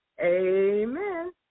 Amen